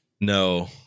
No